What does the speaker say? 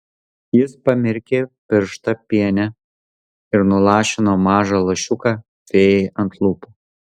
jis pamirkė pirštą piene ir nulašino mažą lašiuką fėjai ant lūpų